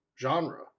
genre